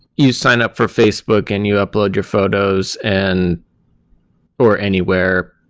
you sign up for facebook and you upload your photos and or anywhere.